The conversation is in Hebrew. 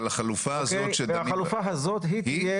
אבל החלופה הזאת --- החלופה הזאת היא תהיה